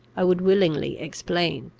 i would willingly explain.